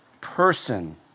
person